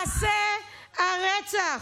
הבן אדם שחזר בפרטי-פרטים את מעשי הרצח.